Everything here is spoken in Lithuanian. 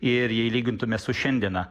ir jei lygintume su šiandiena